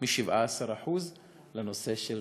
מ-17% על רווחה.